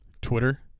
Twitter